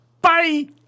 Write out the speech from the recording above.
Bye